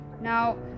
Now